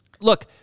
Look